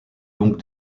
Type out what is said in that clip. donc